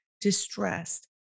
distressed